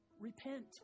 Repent